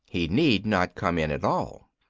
he need not come in at all.